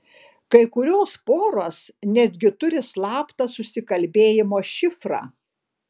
kai kurios poros netgi turi slaptą susikalbėjimo šifrą